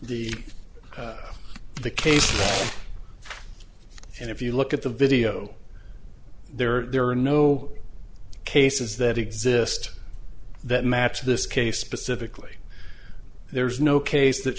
the the case and if you look at the video there there are no cases that exist that match this case specifically there's no case that